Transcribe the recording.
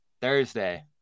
Thursday